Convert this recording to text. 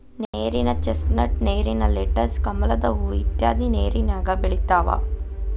ನೇರಿನ ಚಸ್ನಟ್, ನೇರಿನ ಲೆಟಸ್, ಕಮಲದ ಹೂ ಇತ್ಯಾದಿ ನೇರಿನ್ಯಾಗ ಬೆಳಿತಾವ